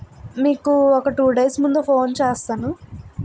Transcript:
మీకు ఒక two days ముందు ఫోన్ చేస్తాను